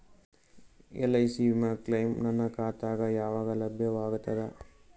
LIC ವಿಮಾ claim ನನ್ನ ಖಾತಾಗ ಯಾವಾಗ ಲಭ್ಯವಾಗತದ?